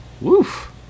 Woof